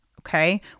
Okay